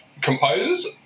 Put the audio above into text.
composers